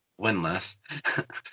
winless